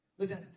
Listen